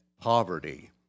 poverty